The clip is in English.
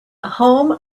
home